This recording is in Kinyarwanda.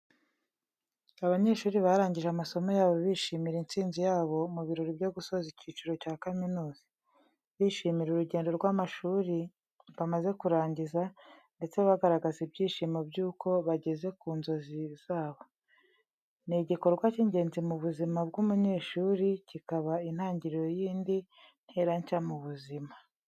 Abanyeshuri barangije amasomo bishimira intsinzi yabo mu birori byo gusoza icyiciro cya kaminuza. Bishimira urugendo rw’amashuri bamaze kurangiza, ndetse bagaragaza ibyishimo by’uko bageze ku nzozi zabo. Ni igikorwa cy’ingenzi mu buzima bw’umunyeshuri, kikaba intangiriro y’indi ntera nshya mu buzima.